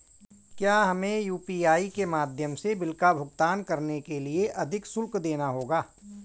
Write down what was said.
क्या हमें यू.पी.आई के माध्यम से बिल का भुगतान करने के लिए अधिक शुल्क देना होगा?